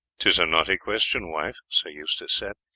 tis a knotty question, wife, sir eustace said.